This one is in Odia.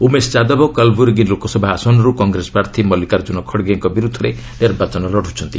ଉମେଶ ଯାଦବ କାଲ୍ବୁର୍ଗୀ ଲୋକସଭା ଆସନରୁ କଂଗ୍ରେସ ପ୍ରାର୍ଥୀ ମଲ୍ଟିକାର୍ଜୁନ ଖଡ୍ଗେଙ୍କ ବିରୁଦ୍ଧରେ ନିର୍ବାଚନ ଲଢୁଛନ୍ତି